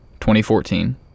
2014